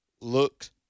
looks